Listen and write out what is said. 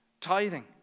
tithing